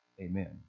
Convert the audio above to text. Amen